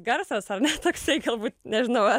garsas ar ne toksai galbūt nežinau ar